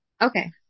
Okay